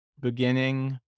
beginning